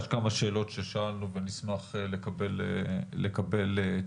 יש כמה שאלות ששאלנו ונשמח לקבל תשובות.